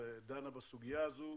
שדנה בסוגיה הזו,